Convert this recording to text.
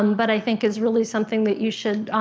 um but i think is really something that you should